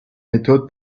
méthode